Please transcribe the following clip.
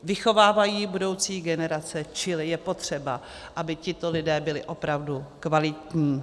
Vychovávají budoucí generace, čili je potřeba, aby tito lidé byli opravdu kvalitní.